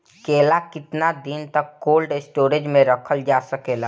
केला केतना दिन तक कोल्ड स्टोरेज में रखल जा सकेला?